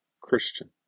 christian